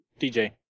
DJ